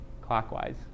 clockwise